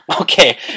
Okay